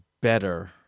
better